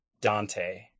Dante